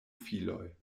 filoj